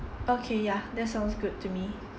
okay ya that sounds good to me